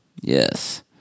Yes